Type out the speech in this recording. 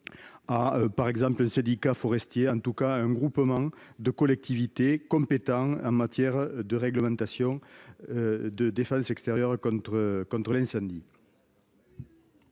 de Deci à un syndicat forestier ou à un groupement de collectivités compétent en matière de réglementation de défense extérieure contre l'incendie.